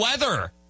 weather